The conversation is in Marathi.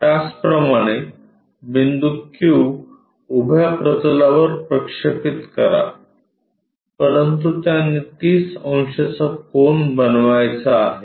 त्याचप्रमाणे बिंदू q उभ्या प्रतलावर प्रक्षेपित करा परंतु त्याने 30 अंशाचा कोन बनवायचा आहे